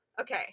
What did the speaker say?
okay